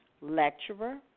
lecturer